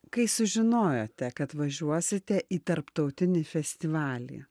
kai sužinojote kad važiuosite į tarptautinį festivalį